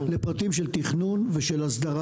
לפרטים של תכנון והסדרה,